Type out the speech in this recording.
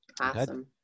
Awesome